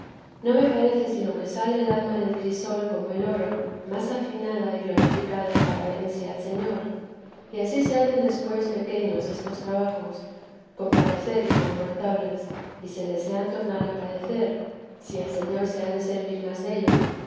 no me parece sino que sale el alma del crisol como el oro más afinada y glorificada para ver en sí al señor y ansí se hacen después pequeños estos trabajos con parecer incomportables y se desean tornar a padecer si el señor se ha de servir más dello